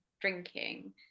drinking